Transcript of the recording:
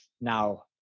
now